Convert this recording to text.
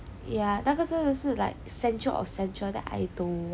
ya 那个真的是 like central of central I don't want